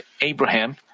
Abraham